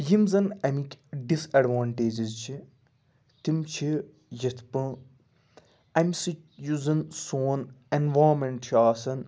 یِم زَن اَمِکۍ ڈِس ایٚڈوانٹیجِز چھِ تِم چھِ یِتھ پٲنٛۍ اَمہِ سۭتۍ یُس زَن سون ایٚنوارمیٚنٛٹ چھُ آسان